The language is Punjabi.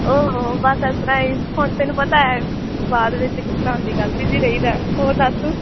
ਓ ਹੋ ਬਸ ਇਸ ਤਰ੍ਹਾਂ ਹੀ ਹੁਣ ਤੈਨੂੰ ਪਤਾ ਹੈ ਬਾਅਦ ਵਿੱਚ ਕਿਸ ਤਰ੍ਹਾਂ ਹੁੰਦੀ ਗੱਲ ਬਿਜੀ ਰਹੀਦਾ ਹੋਰ ਦੱਸ ਤੂੰ